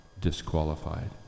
disqualified